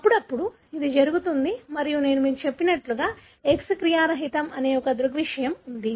అప్పుడప్పుడు అది జరుగుతుంది మరియు నేను మీకు చెప్పినట్లుగా X క్రియారహితం అనే ఒక దృగ్విషయం ఉంది